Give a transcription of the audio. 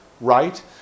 right